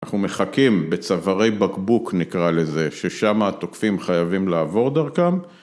‫אנחנו מחכים בצווארי בקבוק, נקרא לזה, ‫ששם התוקפים חייבים לעבור דרכם.